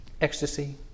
ecstasy